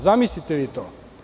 Zamislite vi to?